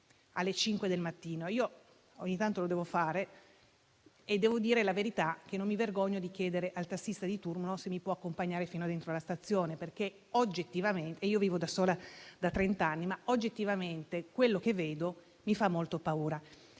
cinque del mattino. Io ogni tanto lo devo fare e devo dire la verità: non mi vergogno di chiedere al tassista di turno se mi può accompagnare fin dentro la stazione, perché oggettivamente, anche se vivo da sola da trent'anni, quello che vedo mi fa molta paura.